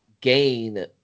gain